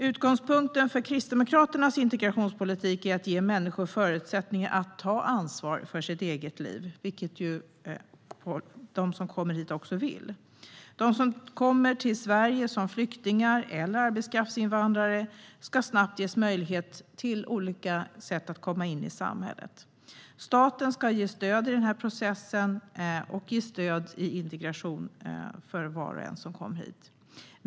Utgångspunkten för Kristdemokraternas integrationspolitik är att ge människor förutsättningar att ta ansvar för sitt eget liv, vilket de som kommer hit också vill. De som kommer till Sverige som flyktingar eller arbetskraftsinvandrare ska snabbt ges möjlighet att på olika sätt komma in i samhället. Staten ska ge stöd i processen och stödja integrationen för var och en som kommer hit.